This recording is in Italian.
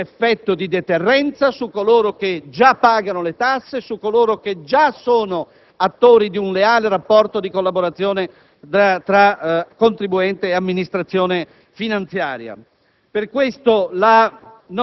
voi pensate cioèche vi sia un effetto di deterrenza su coloro che già pagano le tasse, su coloro che già sono attori di un leale rapporto di collaborazione tra contribuente e Amministrazione finanziaria.